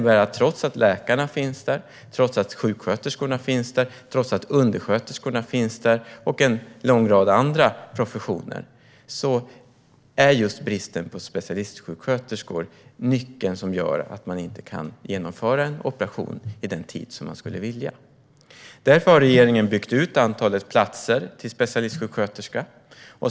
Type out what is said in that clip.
Bristen på specialistsjuksköterskor gör att man inte kan genomföra en operation när man skulle vilja, trots att läkarna, sjuksköterskorna, undersköterskorna och en lång rad andra professioner finns där. Därför har regeringen byggt ut antalet platser i specialistsjuksköterskeutbildningen.